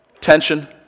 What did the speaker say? tension